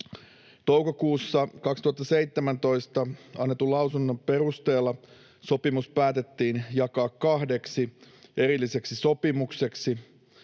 Toukokuussa 2017 annetun lausunnon perusteella sopimus päätettiin jakaa kahdeksi erilliseksi sopimukseksi: